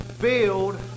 build